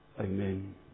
Amen